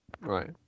Right